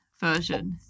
version